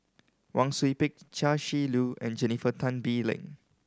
Wang Sui Pick Chia Shi Lu and Jennifer Tan Bee Leng